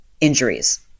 injuries